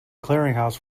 clearinghouse